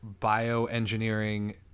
bioengineering